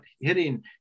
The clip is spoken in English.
hitting